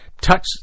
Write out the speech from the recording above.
touch